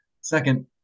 Second